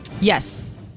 Yes